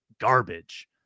garbage